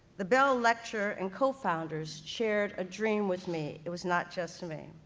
the bell lecture and co-founders shared a dream with me. it was not just me,